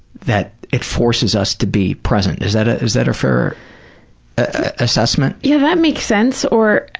that it forces us to be present. is that ah is that a fair assessment? yeah, that makes sense, or,